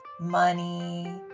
money